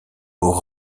pour